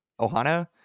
Ohana